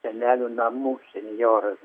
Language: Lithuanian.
senelių namų senjoras